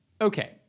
okay